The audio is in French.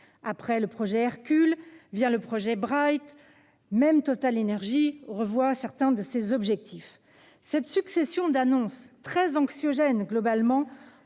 Après le projet Hercule et le projet Bright, même TotalEnergies revoit certains de ses objectifs. Cette succession d'annonces, globalement